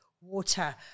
water